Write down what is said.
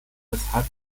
weshalb